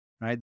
right